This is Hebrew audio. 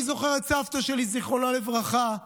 אני זוכר את סבתא שלי, זיכרונה לברכה,